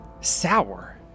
sour